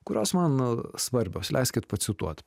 kurios man svarbios leiskit pacituot